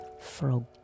frog